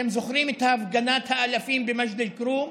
אתם זוכרים את הפגנת האלפים במג'דל כרום?